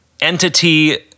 entity